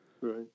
Right